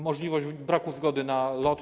Możliwość braku zgody na lot.